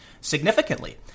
significantly